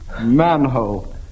manhole